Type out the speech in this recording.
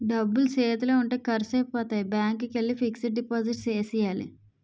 డబ్బులు సేతిలో ఉంటే ఖర్సైపోతాయి బ్యాంకికెల్లి ఫిక్సడు డిపాజిట్ సేసియ్యాల